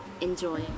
Enjoy